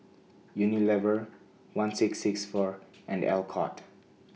Unilever one six six four and Alcott